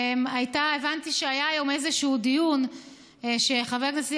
הבנתי שהיה היום איזשהו דיון שחבר הכנסת